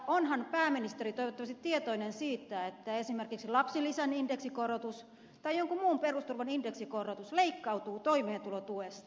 onhan pääministeri toivottavasti tietoinen siitä että esimerkiksi lapsilisän indeksikorotus tai jonkun muun perusturvan indeksikorotus leikkautuu toimeentulotuesta